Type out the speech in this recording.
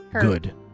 Good